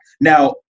Now